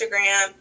Instagram